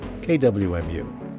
KWMU